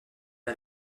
met